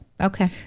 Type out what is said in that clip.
Okay